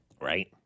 Right